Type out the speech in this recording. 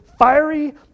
fiery